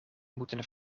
moeten